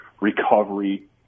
recovery